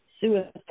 suicide